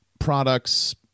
products